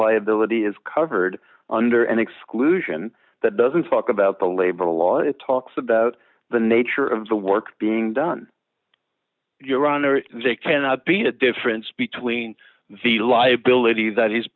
liability is covered under an exclusion that doesn't talk about the labor law it talks about the nature of the work being done your honor they cannot be the difference between the liability that he's